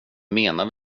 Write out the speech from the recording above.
menar